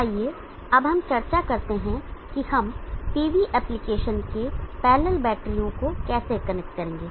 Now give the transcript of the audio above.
आइए अब हम चर्चा करते हैं कि हम PV एप्लीकेशन के पैरलल बैटरियों को कैसे कनेक्ट करेंगे